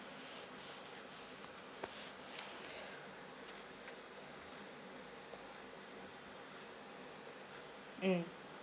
mm